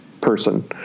person